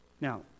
Now